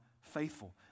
faithful